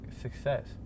success